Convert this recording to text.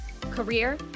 career